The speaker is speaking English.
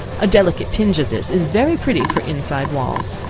a delicate tinge of this is very pretty for inside walls.